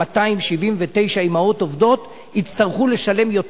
4,279 אמהות עובדות יצטרכו לשלם יותר.